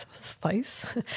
spice